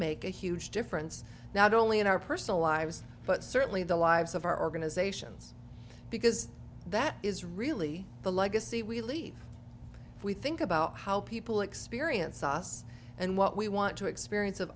make a huge difference now the only in our personal lives but certainly the lives of our organizations because that is really the legacy we leave we think about how people experience us and what we want to experience of